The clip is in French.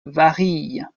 varilhes